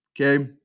okay